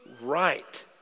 right